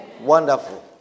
Wonderful